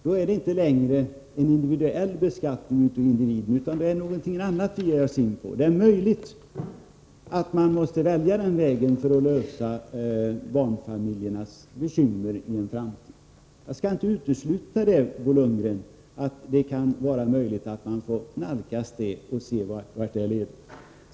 Då är det inte längre en beskattning av individen utan något annat som vi ger oss in på. Det är möjligt att man måste välja den vägen för att lösa barnfamiljernas bekymmer i en framtid. Jag skall inte, Bo Lundgren, utesluta att det kan vara möjligt att man får nalkas den vägen och se vart den leder.